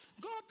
God